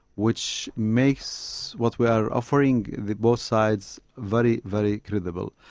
which makes what we are offering both sides very, very credible.